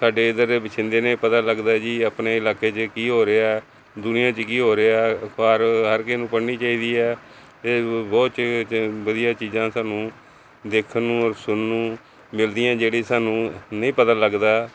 ਸਾਡੇ ਇੱਧਰ ਦੇ ਬਛਿੰਦੇ ਨੇ ਪਤਾ ਲੱਗਦਾ ਹੈ ਜੀ ਆਪਣੇ ਇਲਾਕੇ 'ਚ ਕੀ ਹੋ ਰਿਹਾ ਦੁਨੀਆ 'ਚ ਕੀ ਹੋ ਰਿਹਾ ਅਖ਼ਬਾਰ ਹਰ ਕਿਸੇ ਨੂੰ ਪੜ੍ਹਨੀ ਚਾਹੀਦੀ ਹੈ ਅਤੇ ਬਹੁਤ ਚਚ ਵਧੀਆ ਚੀਜ਼ਾਂ ਸਾਨੂੰ ਦੇਖਣ ਨੂੰ ਔਰ ਸੁਣਨ ਨੂੰ ਮਿਲਦੀਆਂ ਜਿਹੜੀ ਸਾਨੂੰ ਨਹੀਂ ਪਤਾ ਲੱਗਦਾ